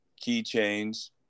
keychains